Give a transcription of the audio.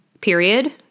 Period